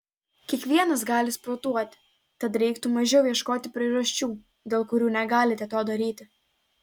kiekvienas gali sportuoti tad reiktų mažiau ieškoti priežasčių dėl kurių negalite to daryti